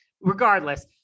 Regardless